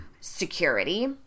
security